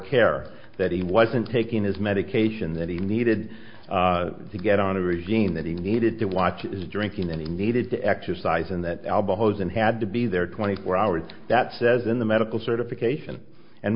care that he wasn't taking his medication that he needed to get on a regime that he needed to watch his drinking and he needed to exercise and that album hosen had to be there twenty four hours that says in the medical certification and